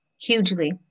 hugely